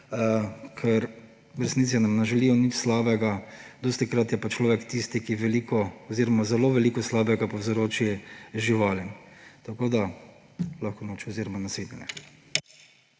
ker v resnici nam ne želijo nič slabega. Dostikrat je pa človek tisti, ki veliko oziroma zelo veliko slabega povzroči živalim. Lahko noč oziroma nasvidenje.